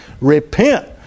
repent